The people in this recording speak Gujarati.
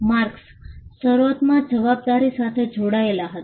માર્કસ શરૂઆતમાં જવાબદારી સાથે જોડાયેલા હતા